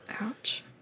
Ouch